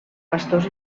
pastors